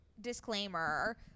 disclaimer